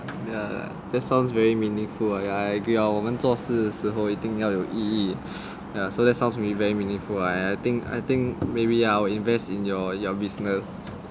that sounds very meaningful I agree 我们做事时候一定要有意义 so that sounds really very meaningful I think I think maybe I will invest in your your business